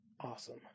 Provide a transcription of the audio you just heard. awesome